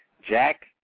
Jack